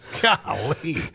Golly